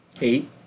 Eight